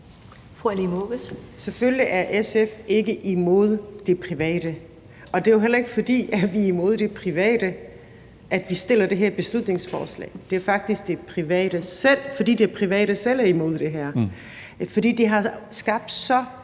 Oguz (SF): Selvfølgelig er SF ikke imod det private, og det er jo heller ikke, fordi vi er imod det private, vi fremsætter det her beslutningsforslag. Men det er jo faktisk, fordi det private selv er imod det her, fordi det har skabt et